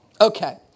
Okay